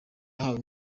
yahawe